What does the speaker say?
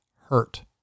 hurt